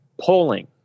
polling